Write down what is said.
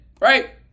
right